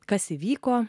kas įvyko